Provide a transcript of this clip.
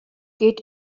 geht